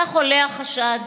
כך עולה החשד: